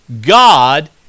God